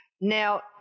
Now